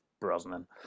Brosnan